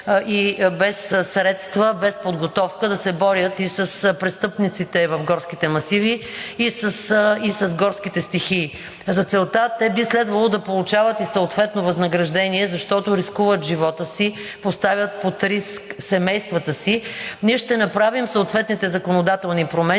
без средства, без подготовка да се борят и с престъпниците в горските масиви, и с горските стихии. За целта те би следвало да получават и съответно възнаграждение, защото рискуват живота си, поставят под риск семействата си. Ние ще направим съответните законодателни промени,